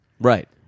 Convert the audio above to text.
Right